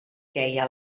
queia